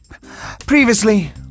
Previously